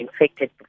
infected